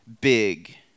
big